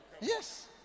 Yes